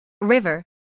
river